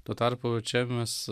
tuo tarpu čia mes